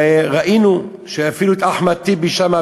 וראינו אפילו את אחמד טיבי שם,